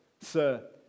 Sir